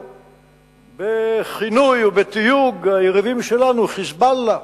בכינוי ובתיוג היריבים שלנו "חיזבאללה",